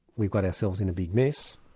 we've got ourselves in a big mess,